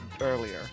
earlier